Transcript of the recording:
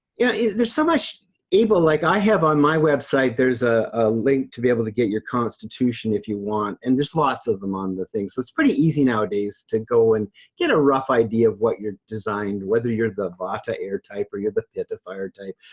yeah there's so much able, like, i have on my website, there's a link to be able to get your constitution if you want. and there's lots of them on the thing. so it's pretty easy nowadays to go and get a rough idea of what you're designed whether you're the vata air type, or you're the pitta fire type,